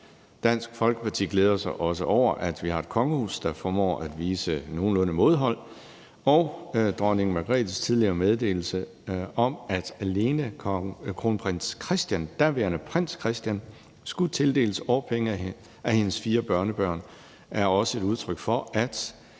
Dansk Folkeparti glæder sig også over, at vi har et kongehus, der formår at vise nogenlunde mådehold, og dronning Margrethes tidligere meddelelse om, at alene kronprins Christian, daværende prins Christian, skulle tildeles årpenge af hendes børnebørn, er også et udtryk for, at